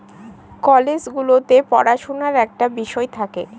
college গুলোতে পড়াশুনার একটা বিষয় থাকে